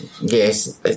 Yes